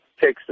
takes